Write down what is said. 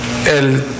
el